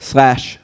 Slash